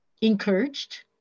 encouraged